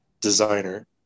designer